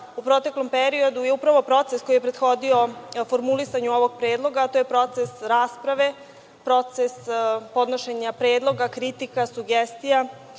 u proteklom periodu je upravo proces koji je prethodio formulisanju ovog predloga, a to je proces rasprave, proces podnošenja predloga, kritika, sugestija